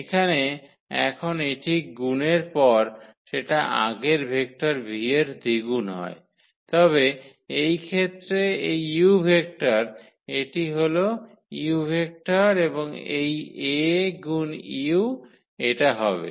এখানে এখন এটি গুনের পরে সেটা আগের ভেক্টর v এর দ্বিগুণ হয় তবে এই ক্ষেত্রে এই u ভেক্টর এটি হল u ভেক্টর এবং এই A গুন u এটা হবে